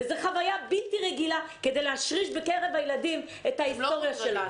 זו חוויה בלתי רגילה כדי להשריש בקרב הילדים את ההיסטוריה שלנו.